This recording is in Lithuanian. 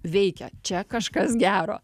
veikia čia kažkas gero